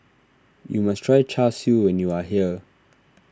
you must try Char Siu when you are here